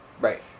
Right